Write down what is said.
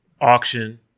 auction